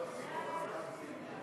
נתקבל.